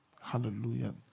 hallelujah